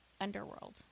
underworld